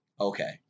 Okay